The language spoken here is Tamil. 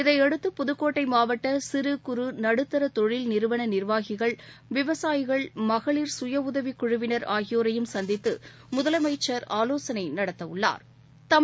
இதையடுத்து புதுக்கோட்டை மாவட்ட சிறு குறு நடுத்தர தொழில் நிறுவன நிா்வாகிகள் விவசாயிகள் மகளிர் சுய உதவி குழுவினர் ஆகியோரையும் சந்தித்து முதலமைச்சர் ஆலோசனை நடத்தவுள்ளா்